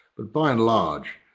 but by and large,